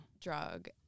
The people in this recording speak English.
drug